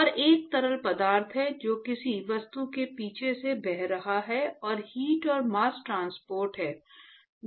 और एक तरल पदार्थ है जो किसी वस्तु के पीछे से बह रहा है और हीट और मास्स ट्रांसपोर्ट है जो एक साथ हो रहा है